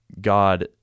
God